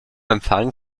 empfang